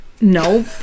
No